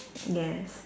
yes